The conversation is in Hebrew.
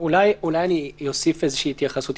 אולי אני אוסיף איזושהי התייחסות.